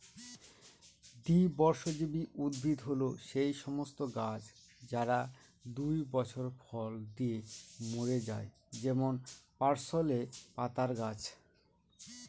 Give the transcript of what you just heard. দ্বিবর্ষজীবী উদ্ভিদ হল সেই সমস্ত গাছ যারা দুই বছর ফল দিয়ে মরে যায় যেমন পার্সলে পাতার গাছ